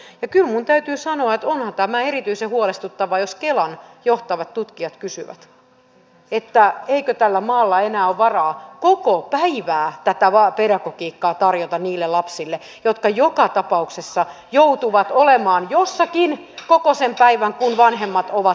ja kyllä minun täytyy sanoa että onhan tämä erityisen huolestuttavaa jos kelan johtavat tutkijat kysyvät eikö tällä maalla enää ole varaa koko päivää tätä pedagogiikkaa tarjota niille lapsille jotka joka tapauksessa joutuvat olemaan jossakin koko sen päivän kun vanhemmat ovat töissä